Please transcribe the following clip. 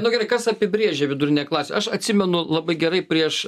nu gerai kas apibrėžia vidurinę klasę aš atsimenu labai gerai prieš